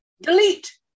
Delete